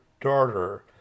daughter